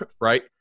right